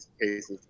cases